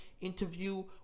interview